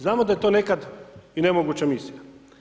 Znamo da je to nekada i nemoguća misija.